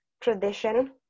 tradition